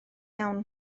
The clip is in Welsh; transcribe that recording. iawn